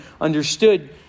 understood